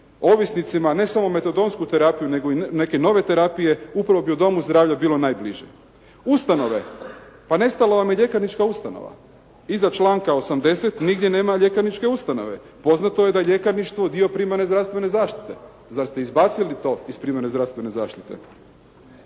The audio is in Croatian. ovisnicima ne samo metodonsku terapiju, nego i neke nove terapije upravo bi u domu zdravlja bilo najbliže. Ustanove, pa nestalo vam je ljekarnička ustanova. Iza članka 80. nigdje nema ljekarničke ustanove. Poznato je da je ljekarništvo dio primarne zdravstvene zaštite. Zar ste izbacili to iz primarne zdravstvene zaštite?